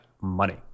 money